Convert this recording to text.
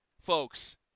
Folks